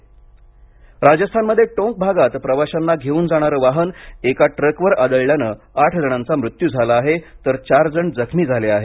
राजस्थान अपघात राजस्थानमध्ये टोंक भागात प्रवाशांना घेऊन जाणारं वाहन एका ट्रकवर आदळल्यानं आठ जणांचा मृत्यू झाला आहे तर चार जण जखमी झाले आहेत